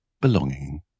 belonging